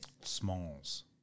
Smalls